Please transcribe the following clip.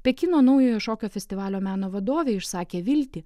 pekino naujojo šokio festivalio meno vadovė išsakė viltį